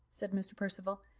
said mr. percival,